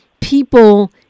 people